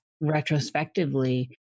retrospectively